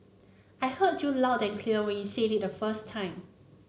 I heard you loud and clear when you said it the first time